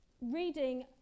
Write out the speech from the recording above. reading